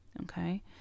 Okay